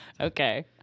Okay